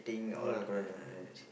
ya correct correct correct